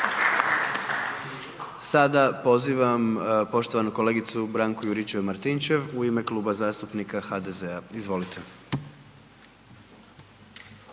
Sada pozivam poštovanu kolegicu Branku Juričev-Martinčev u ime Kluba zastupnika HDZ-a, izvolite.